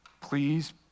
Please